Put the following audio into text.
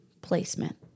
placement